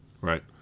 right